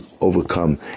overcome